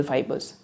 Fibers